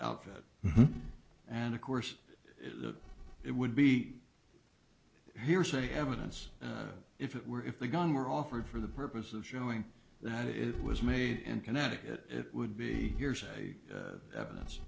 outfit and of course it would be hearsay evidence if it were if the gun were offered for the purpose of showing that it was made in connecticut would be hearsay evidence